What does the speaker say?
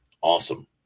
Awesome